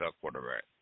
quarterback